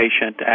patient